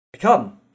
Come